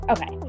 Okay